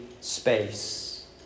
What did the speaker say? space